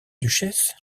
duchesse